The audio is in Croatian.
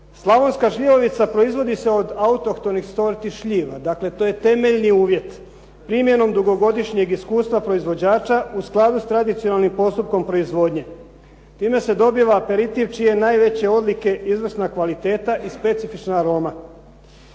Slavonska šljivovica proizvodi se od autohtonih sorti šljiva, dakle to je temeljni uvjet. Primjenom dugogodišnjeg iskustva proizvođača u skladu s tradicionalnim postupkom proizvodnje. Time se dobiva aperitiv čije najveće odlike izvrsna kvaliteta i specifična aroma.